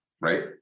right